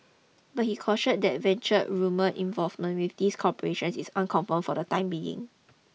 but he cautioned that Venture's rumoured involvement with these corporations is unconfirmed for the time being